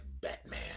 Batman